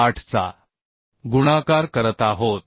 78 चा गुणाकार करत आहोत